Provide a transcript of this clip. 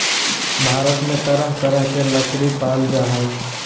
भारत में तरह तरह के लकरी पाल जा हइ